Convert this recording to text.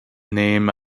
named